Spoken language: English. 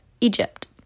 Egypt